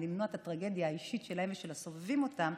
למנוע את הטרגדיה האישית שלהם ושל הסובבים אותם,